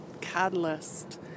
catalyst